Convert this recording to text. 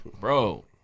Bro